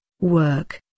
work